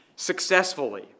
successfully